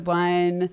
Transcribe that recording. one